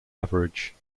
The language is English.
average